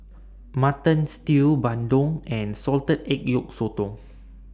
Mutton Stew Bandung and Salted Egg Yolk Sotong